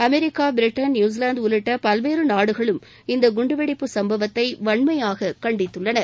America Britain New Zealand உள்ளிட்ட பல்வேறு நாடுகளும் இந்த குண்டுவெடிப்பு சம்பவத்தை வன்மையாகக் கண்டித்துள்ளன